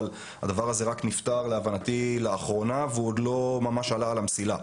אבל הדבר הזה נפתר רק לאחרונה והוא עדיין לא ממש עלה על המסילה.